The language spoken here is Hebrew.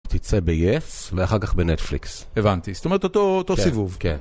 תצא ב yes ואחר כך בנטפליקס. הבנתי, זאת אומרת אותו אותו סיבוב, כן כן